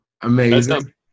Amazing